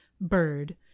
bird